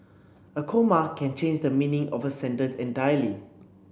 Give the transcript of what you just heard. a comma can change the meaning of a sentence entirely